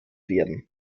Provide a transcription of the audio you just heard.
werden